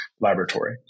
Laboratory